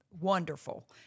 wonderful